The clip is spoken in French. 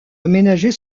aménager